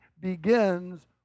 begins